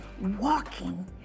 walking